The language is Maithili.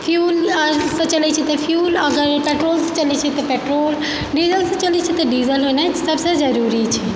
फ्यूलसँ चलै छै फ्यूल आओर पेट्रोल डीजलसँ चलै छै तऽ डीजल होनाइ सबसँ जरुरी छै